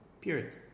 period